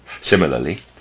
Similarly